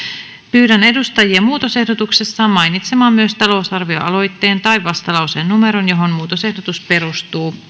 pyydän edustajia muutosehdotuksessaan mainitsemaan myös talousarvioaloitteen tai vastalauseen numeron johon muutosehdotus perustuu